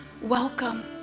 welcome